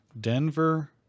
Denver